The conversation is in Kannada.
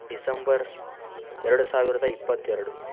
ಡಿಸೆಂಬರ್ ಎರಡು ಸಾವಿರದ ಇಪ್ಪತ್ತೆರಡು